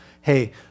hey